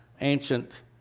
ancient